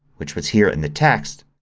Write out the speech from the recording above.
which was here in the text.